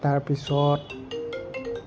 তাৰ পিছত